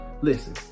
Listen